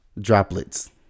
droplets